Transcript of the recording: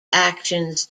actions